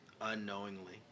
unknowingly